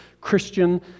Christian